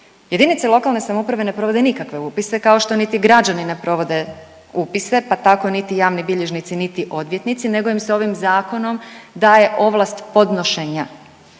Jedince lokalne samouprave ne provode nikakve upise kao niti što građani ne provode upise pa tako niti javni bilježnici, niti odvjetnici nego im se ovim zakonom daje ovlast podnošenja.